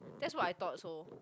that's what I thought so